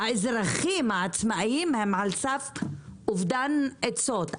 האזרחים העצמאיים הם על סף אובדן עצות.